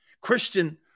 Christian